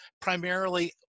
primarily